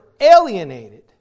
alienated